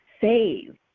save